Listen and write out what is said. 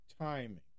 timing